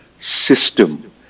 system